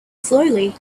slowly